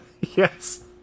Yes